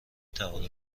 توانم